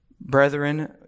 brethren